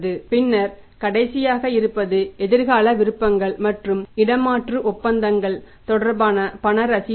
பின்னர் இது செயல்பாடுகளின் ஒரு பகுதியாகும் பின்னர் கடைசியாக இருப்பது எதிர்கால விருப்பங்கள் மற்றும் இடமாற்று ஒப்பந்தங்கள் தொடர்பான பண ரசீதுகள்